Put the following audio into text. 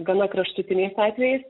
gana kraštutiniais atvejais